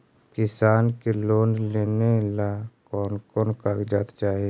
किसान के लोन लेने ला कोन कोन कागजात चाही?